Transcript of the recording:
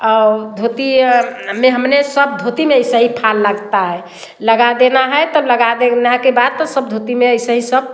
और धोती में हमने सब धोती में ऐसा ही फाल लगता है लगा देना है तो लगा देना के बाद तो सब धोती में ऐसे ही सब